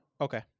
Okay